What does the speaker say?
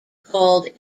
called